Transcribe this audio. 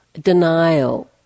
denial